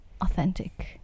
authentic